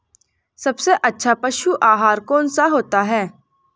सबसे अच्छा पशु आहार कौन सा होता है?